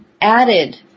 added